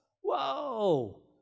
whoa